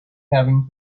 having